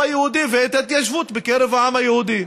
היהודי ואת ההתיישבות בקרב העם היהודי.